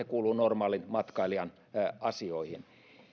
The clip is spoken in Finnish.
kuuluu normaalin matkailijan asioihin